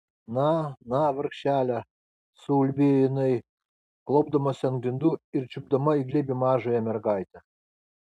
na na vargšele suulbėjo jinai klaupdamasi ant grindų ir čiupdama į glėbį mažąją mergaitę